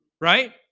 right